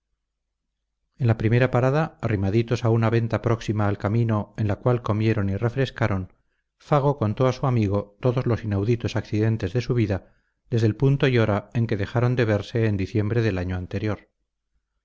en la primera parada arrimaditos a una venta próxima al camino en la cual comieron y refrescaron fago contó a su amigo todos los inauditos accidentes de su vida desde el punto y hora en que dejaron de verse en diciembre del año anterior